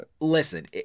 Listen